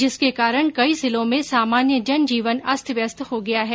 जिसके कारण कई जिलों में सामान्य जनजीवन अस्तव्यस्त हो गया है